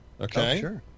Okay